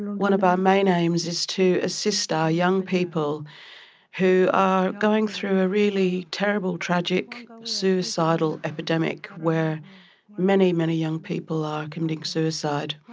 one of our main aims is to assist our young people who are going through a really terrible tragic suicidal epidemic where many, many young people are committing suicide,